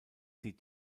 sie